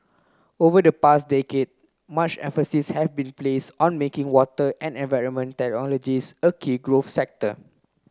over the past decade much emphasis have been place on making water and environment technologies a key growth sector